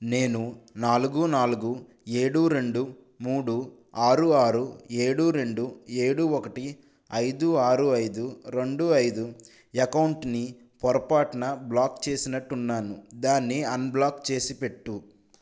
నేను నాలుగు నాలుగు ఏడు రెండు మూడు ఆరు ఆరు ఏడు రెండు ఏడు ఒకటి ఐదు ఆరు ఐదు రెండు ఐదు యకౌంటుని పొరపాటున బ్లాక్ చేసినట్టున్నాను దాన్ని అన్బ్లాక్ చేసిపెట్టు